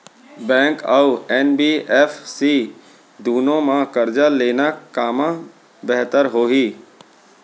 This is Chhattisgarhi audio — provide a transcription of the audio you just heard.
बैंक अऊ एन.बी.एफ.सी दूनो मा करजा लेना कामा बेहतर होही?